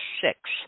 six